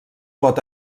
pot